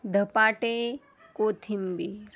धपाटे कोथिंबीर